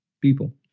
people